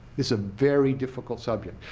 it's a very difficult subject.